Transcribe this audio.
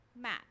Matt